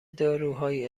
داروهایی